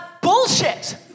bullshit